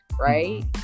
right